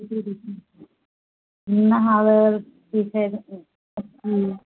नहावै लए की छै हूँ